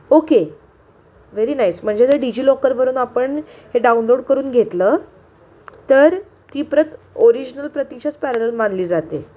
okay very nice म्हणजे जर डिजिलॉकरवरून आपण हे डाउनलोड करून घेतलं तर ती प्रत ओरिजनल प्रतीच्याच पॅरेलल मानली जाते